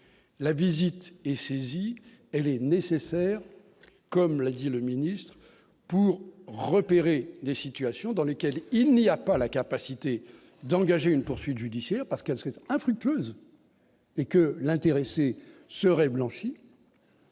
la visite est saisie, elle est nécessaire, comme l'a dit le ministre pour repérer des situations dans lesquelles il n'y a pas la capacité d'engager une poursuite judiciaire, parce qu'elle souhaite infructueuse et que l'intéressé serait blanchi.